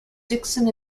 dickson